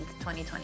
2020